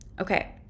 Okay